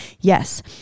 yes